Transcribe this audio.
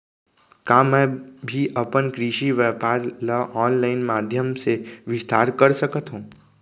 का मैं भी अपन कृषि व्यापार ल ऑनलाइन माधयम से विस्तार कर सकत हो?